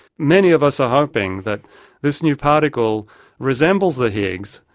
many of us are hoping that this new particle resembles the higgs,